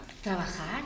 ¿Trabajar